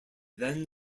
then